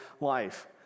life